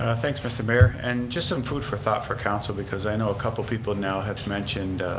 ah thanks, mr. mayor. and just some food for thought for council because i know a couple people now have mentioned